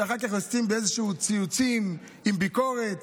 ואחר כך יוצאים באיזשהם ציוצים עם ביקורת